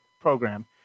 program